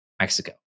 Mexico